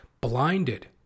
Blinded